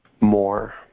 more